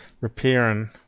repairing